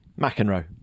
McEnroe